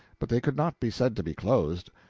but they could not be said to be clothed.